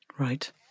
Right